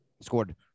Scored